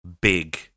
big